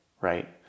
right